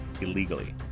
illegally